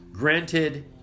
Granted